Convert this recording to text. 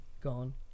gone